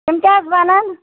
تِم تہِ حظ بَنن